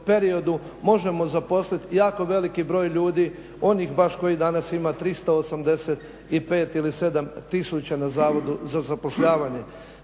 periodu možemo zaposliti jako veliki broj ljudi onih baš kojih danas ima 385 ili 387 tisuća na Zavodu za zapošljavanje.